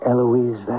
Eloise